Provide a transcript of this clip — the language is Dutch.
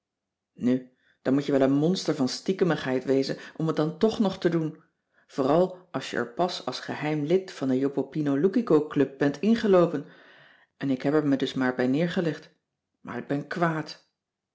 nu dan moet je wel een monster van stiekemigheid wezen om het dan toch nog te doen vooral als je er pas als geheim lid van de jopopinoloukicoclub bent ingeloopen en ik heb er me dus maar bij neergelegd maar ik ben kwaad